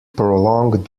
prolonged